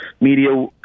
media